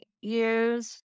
use